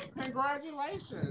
congratulations